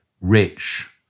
rich